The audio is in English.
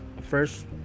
first